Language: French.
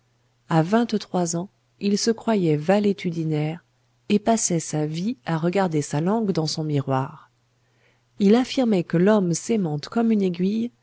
à vingt-trois ans il se croyait valétudinaire et passait sa vie à regarder sa langue dans son miroir il affirmait que l'homme s'aimante comme une aiguille